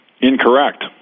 incorrect